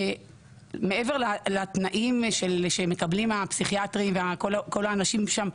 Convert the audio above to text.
מעבר לתנאים שמקבלים הפסיכיאטרים וכל האנשים שם,